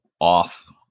off